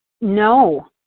no